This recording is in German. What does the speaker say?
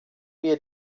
mir